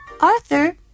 Arthur